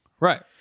Right